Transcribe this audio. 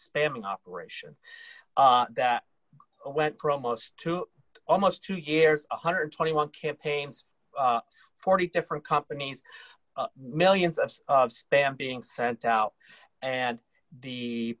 spamming operation that went for almost two almost two years one hundred and twenty one campaigns forty different companies millions of spam being sent out and the